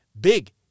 big